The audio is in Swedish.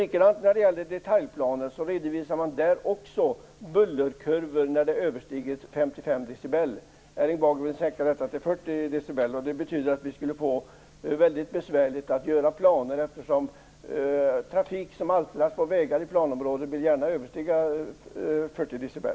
Likadant måste man i detaljplanen redovisa när bullervärdet överstiger 55 decibel. Erling Bager vill sänka det till 40 decibel. Det betyder att vi skulle få det väldigt besvärligt att upprätta planer eftersom bullret från trafik på vägar i planområden gärna överstiger 40 decibel.